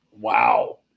Wow